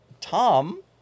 Tom